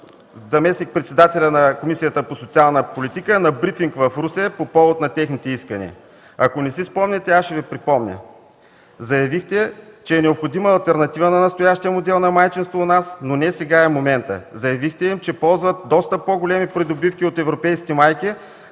заместник-председателят на Комисията по социална политика на брифинг в Русе по повод на техните искания? Ако не си спомняте, аз ще Ви припомня. Заявихте, че е необходима алтернатива на настоящия модел на майчинство у нас, но не сега е моментът. Заявихте, че ползват доста по-големи придобивки от европейските майки,